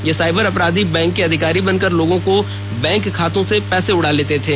ये साइबर अपराधी बैंक अधिकारी बनकर लोगों के बैंक खातों से पैसे उड़ा लेते थे